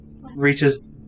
reaches